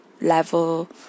level